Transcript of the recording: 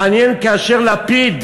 מעניין, כאשר לפיד